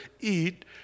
eat